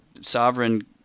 sovereign